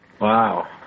Wow